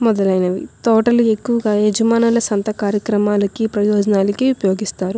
మొదలైనవి తోటలు ఎక్కువగా యజమానుల స్వంత కార్యక్రమాలకి ప్రయోజనాలకి ఉపయోగిస్తారు